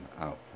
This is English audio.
out